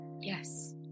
Yes